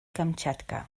kamtxatka